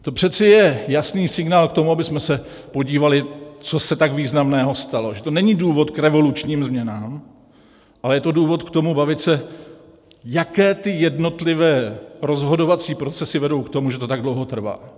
To přeci je jasný signál k tomu, abychom se podívali, co se tak významného stalo, že to není důvod k revolučním změnám, ale je to důvod k tomu bavit se, jaké jednotlivé rozhodovací procesy vedou k tomu, že to tak dlouho trvá.